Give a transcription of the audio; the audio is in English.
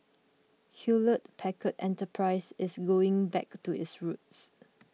Hewlett Packard Enterprise is going back to its roots